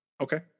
Okay